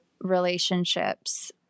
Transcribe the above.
relationships